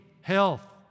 health